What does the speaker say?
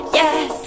yes